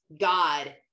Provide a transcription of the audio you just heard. God